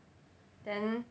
then